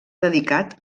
dedicat